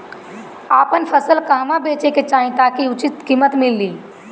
आपन फसल कहवा बेंचे के चाहीं ताकि उचित कीमत मिली?